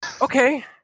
Okay